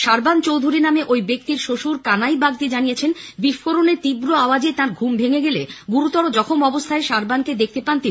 সার্বান চৌধুরী নামে ঐ ব্যক্তির শ্বশুর কানাই বাগদী জানিয়েছেন বিস্ফোরণের তীব্র আওয়াজে তাঁর ঘুম ভেঙে গেলে গুরুতর জখম অবস্থায় সার্বানকে দেখতে পান তিনি